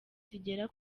zigera